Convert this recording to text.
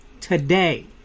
today